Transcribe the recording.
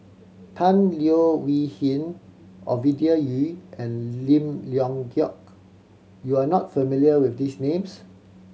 Tan Leo Wee Hin Ovidia Yu and Lim Leong Geok you are not familiar with these names